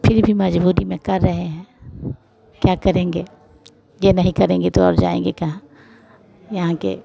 फिर भी मजबूरी में कर रहे हैं क्या करेंगे ये नहीं करेंगे तो और जाएँगे कहाँ यहाँ के